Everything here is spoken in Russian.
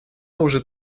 уже